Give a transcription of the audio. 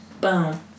boom